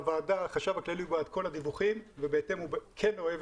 החשב הכללי הוא בעד כל הדיווחים ובהתאם הוא כן אוהב